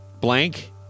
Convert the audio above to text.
blank